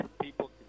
people